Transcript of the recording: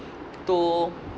to